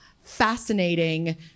fascinating